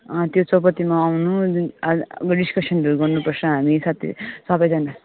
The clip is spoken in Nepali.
त्यो चौपतीमा आउनु जुन आज आज डिस्कसनहरू गर्नुपर्छ हामी साथै सबैजना